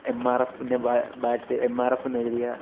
M R എഫിൻ്റെ bat M R എഫെന്ന് എഴുതിയ